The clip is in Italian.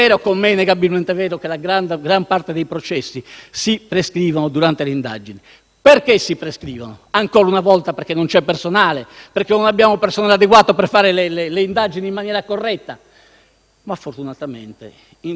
gran parte dei processi si prescrive durante le indagini. E perché si prescrivono? Ancora una volta, perché non c'è personale e perché non abbiamo personale adeguato per fare le indagini in maniera corretta. Ma fortunatamente introduciamo